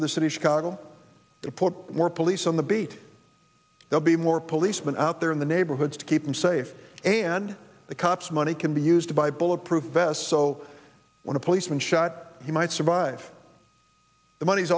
for the city of chicago to put more police on the beat they'll be more policemen out there in the neighborhoods to keep them safe and the cops money can be used by bulletproof vest so when a policeman shot he might survive the money